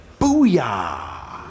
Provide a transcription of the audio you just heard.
booyah